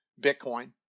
Bitcoin